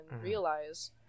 realize